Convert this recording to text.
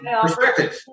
perspective